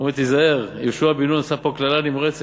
אמרו לו: יהושע בן נון שם פה קללה נמרצת,